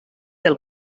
del